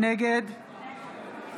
נגד אופיר